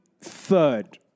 third